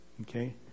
Okay